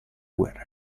guerra